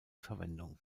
verwendung